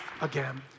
again